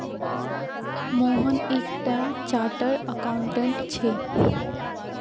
मोहन एक टा chartered accountant छे